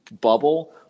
bubble